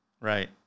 Right